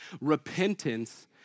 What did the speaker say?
Repentance